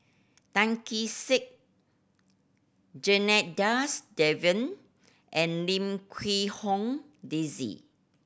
Tan Kee Sek Janadas Devan and Lim Quee Hong Daisy